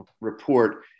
report